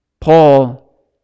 Paul